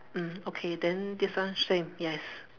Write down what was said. mm okay then this one same yes